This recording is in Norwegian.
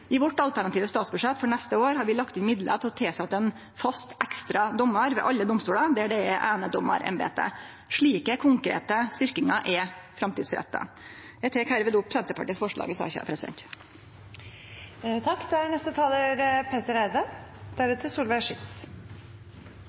I vårt alternative statsbudsjett for neste år har vi lagt inn midlar for å tilsetje ein fast ekstra dommar ved alle domstolar der det er einedommarembete. Slike konkrete styrkingar er framtidsretta.